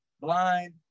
blind